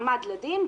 עמד לדין,